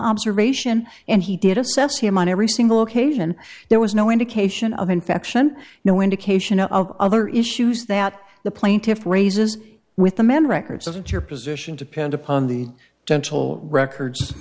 observation and he did assess him on every single occasion there was no indication of infection no indication of other issues that the plaintiffs raises with the man records interposition depend upon the dental records